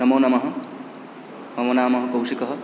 नमो नमः मम नाम कौशिकः